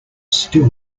still